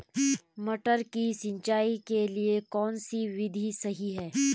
मटर की सिंचाई के लिए कौन सी विधि सही है?